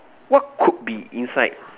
what could be inside